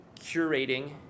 curating